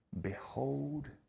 behold